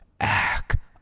act